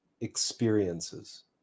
experiences